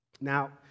Now